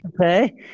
Okay